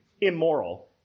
immoral